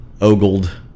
ogled